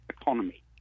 economy